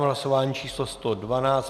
Hlasování číslo 112.